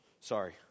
Sorry